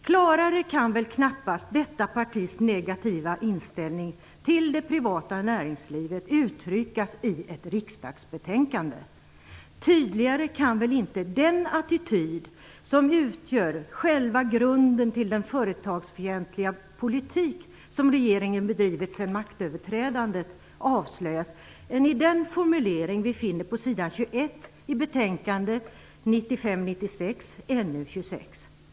Klarare kan väl knappast detta partis negativa inställning till det privata näringslivet uttryckas i ett betänkande. Tydligare kan väl inte den attityd som utgör själva grunden till den företagarfientliga politik som regeringen bedrivit sedan maktövertagandet avslöjas än i den formulering vi finner på s. 21 i näringsutskottets betänkande nr 26.